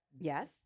Yes